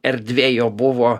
erdvė jo buvo